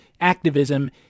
Activism